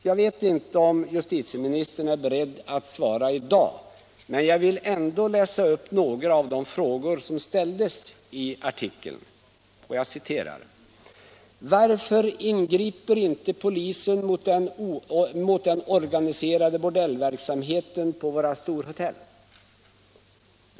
Jag vet inte om justitieministern är beredd att svara i dag, men jag vill ändå läsa upp några av de frågor som ställdes i den artikeln. Nordegren skrev: ”Varför ingriper inte polisen mot den organiserade bordellverksamheten på våra storhotell?